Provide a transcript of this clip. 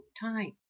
time